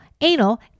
anal